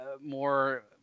more